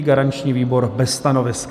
Garanční výbor bez stanoviska.